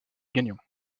gagnant